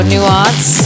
Nuance